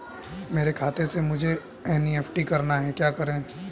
मेरे खाते से मुझे एन.ई.एफ.टी करना है क्या करें?